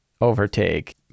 overtake